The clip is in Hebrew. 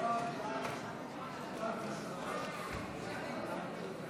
ברשות יושב-ראש הישיבה, אני מתכבד